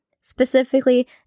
specifically